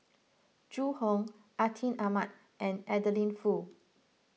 Zhu Hong Atin Amat and Adeline Foo